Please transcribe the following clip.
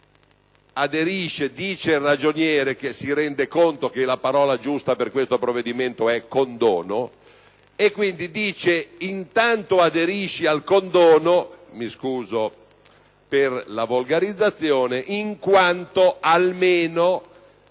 contenzioso». Il ragioniere, che si rende conto che la parola giusta per questo provvedimento è condono, dice quindi: intanto aderisci al condono (mi scuso per la volgarizzazione) in quanto almeno